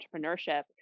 entrepreneurship